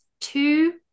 two